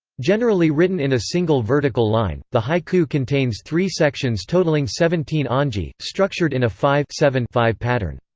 generally written in a single vertical line, the haiku contains three sections totalling seventeen onji, structured in a five seven five pattern.